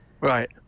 Right